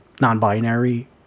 non-binary